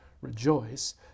rejoice